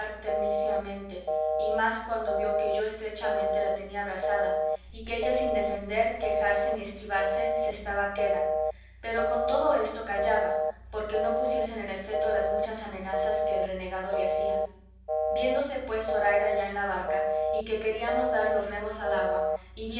suspirar ternísimamente y más cuando vio que yo estrechamente la tenía abrazada y que ella sin defender quejarse ni esquivarse se estaba queda pero con todo esto callaba porque no pusiesen en efeto las muchas amenazas que el renegado le hacía viéndose pues zoraida ya en la barca y que queríamos dar los remos al agua